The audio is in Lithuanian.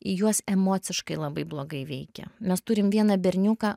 į juos emociškai labai blogai veikia mes turim vieną berniuką